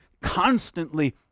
constantly